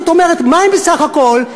זאת אומרת, מה הם בסך הכול?